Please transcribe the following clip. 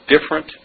different